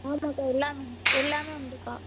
ஆமாக்கா எல்லாம் எல்லாமே உண்டுக்கா